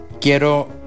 quiero